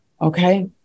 Okay